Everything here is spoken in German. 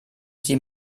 sie